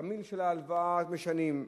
תנאים של ההלוואה משנים,